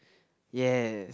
ya